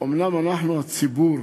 אומנם אנחנו, הציבור